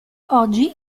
oggi